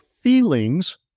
Feelings